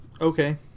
Okay